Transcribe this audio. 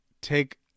take